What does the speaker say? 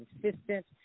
consistent